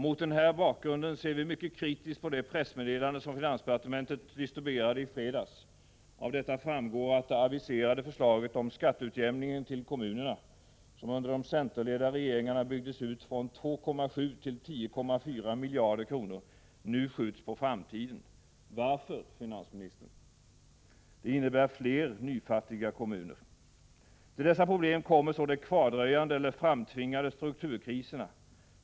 Mot den här bakgrunden ser vi mycket kritiskt på det pressmeddelande som finansdepartementet distribuerade i fredags. Av detta framgår att det aviserade förslaget om skatteutjämningen till kommunerna — som under de centerledda regeringarna byggdes ut från 2,7 till 10,4 miljarder kronor — nu skjuts på framtiden. Varför, finansministern? Det innebär fler ”nyfattiga” kommuner. Till dessa problem kommer så de kvardröjande eller framtvingade strukturkriserna.